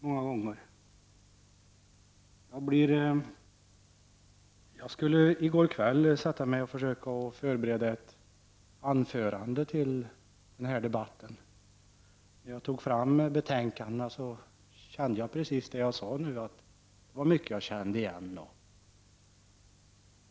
I går kväll skulle jag försöka förbereda ett anförande till den här debatten. När jag tog fram betänkandena märkte jag — precis som jag sade nyss — att det var mycket jag kände igen.